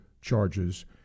charges